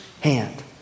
hand